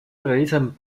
realizan